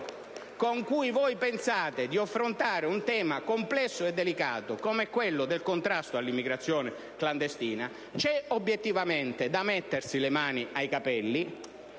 con cui pensate di affrontare un tema complesso e delicato come quello del contrasto all'immigrazione clandestina, c'è obiettivamente da mettersi le mani nei capelli,